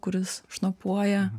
kuris šnopuoja